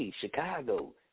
Chicago